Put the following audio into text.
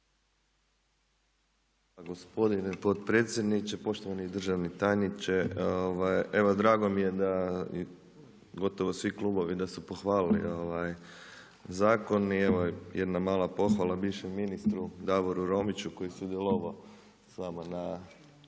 Gospodine potpredsjedniče, poštovani državni tajniče. Evo drago mi je da, gotovo svi klubovi da su pohvalili zakon. I evo jedna mala pohvala bivšem ministru Davoru Romiću koji je sudjelovao s vama na